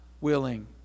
willing